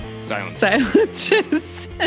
Silence